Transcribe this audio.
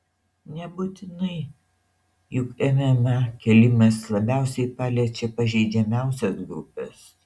nebūtinai juk mma kėlimas labiausiai paliečia pažeidžiamiausias grupes